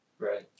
Right